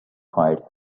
card